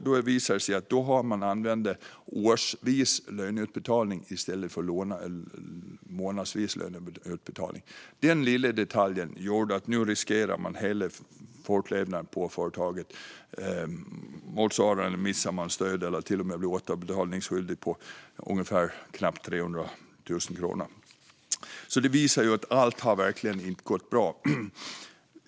Det visade sig att man använder årsvis löneutbetalning i stället för månadsvis löneutbetalning. Denna lilla detalj gjorde att man nu riskerar fortlevnaden för företaget. Man missar stöd, eller blir till och med återbetalningsskyldig, på knappt 300 000 kronor. Detta visar att allt verkligen inte har gått bra.